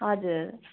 हजुर